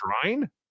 shrine